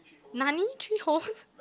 nani three holes